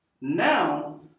now